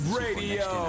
radio